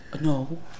No